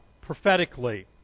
prophetically